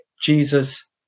Jesus